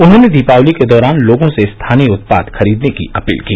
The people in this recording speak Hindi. उन्होंने दीवाली के दौरान लोगों से स्थानीय उत्पाद खरीदने की अपील की